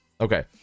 Okay